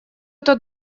эта